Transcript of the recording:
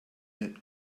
knit